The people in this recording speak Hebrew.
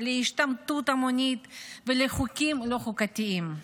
להשתמטות המונית ולחוקים לא חוקתיים.